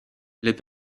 les